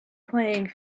playing